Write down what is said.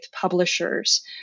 publishers